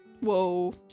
Whoa